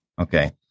Okay